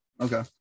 Okay